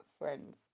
friends